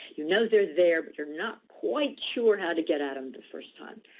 you know they're there, but you're not quite sure how to get at them the first time.